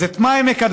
אז את מה הם מקדמים?